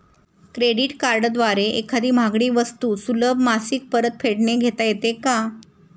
Credit कार्डद्वारे एखादी महागडी वस्तू सुलभ मासिक परतफेडने घेता येते का?